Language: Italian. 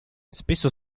spesso